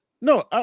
No